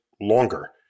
longer